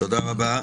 תודה רבה.